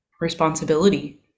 responsibility